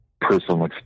personal